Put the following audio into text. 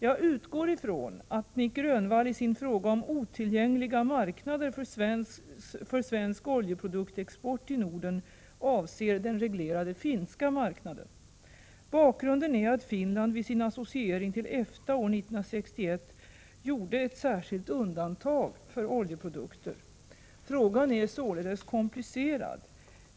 Jag utgår ifrån att Nic Grönvall i sin fråga om otillgängliga marknader för svensk oljeproduktexport i Norden avser den reglerade finska marknaden. Bakgrunden är att Finland vid sin associering till EFTA år 1961 gjorde ett särskilt undantag för oljeprodukter. Frågan är således komplicerad.